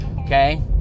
Okay